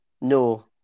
no